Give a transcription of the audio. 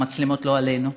המצלמות לא עלינו,